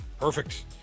Perfect